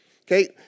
Okay